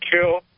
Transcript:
kill